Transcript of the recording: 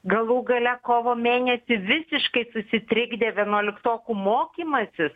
galų gale kovo mėnesį visiškai susitrikdė vienuoliktokų mokymasis